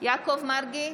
יעקב מרגי,